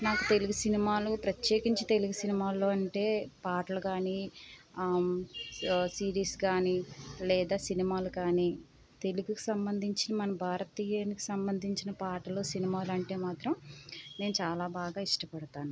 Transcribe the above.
నాకు తెలుగు సినిమాలు ప్రత్యేకించి తెలుగు సినిమాలు అంటే పాటలు కానీ ఆ సీరిస్ కాని లేదా సినిమాలు కానీ తెలుగుకు సంబంధించిన మన భారతీయానికి సంబంధించిన పాటలు సినిమాలు అంటే మాత్రం నేను చాలా బాగా ఇష్టపడతాను